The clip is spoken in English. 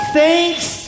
Thanks